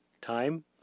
Time